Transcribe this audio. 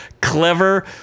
clever